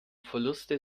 verluste